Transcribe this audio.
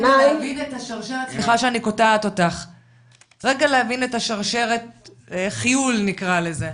רגע להבין את השרשרת חיול נקרא לזה.